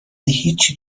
هیچی